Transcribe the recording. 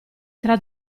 tra